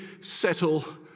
settle